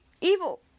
Evil